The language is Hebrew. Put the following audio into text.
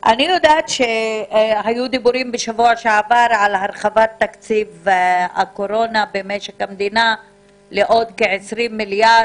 היו דיבורים על הרחבת תקציב הקורונה במשק המדינה לעוד כ-20 מיליארד,